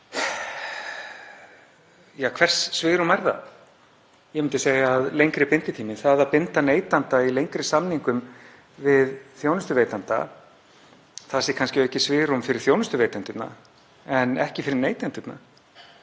Hvers svigrúm er það? Ég myndi segja að lengri binditími, það að binda neytanda í lengri samningum við þjónustuveitanda, gefi kannski aukið svigrúm fyrir þjónustuveitendurna en ekki fyrir neytendurna.